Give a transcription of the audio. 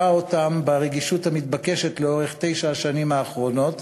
אותם ברגישות המתבקשת לאורך תשע השנים האחרונות,